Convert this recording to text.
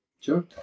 Sure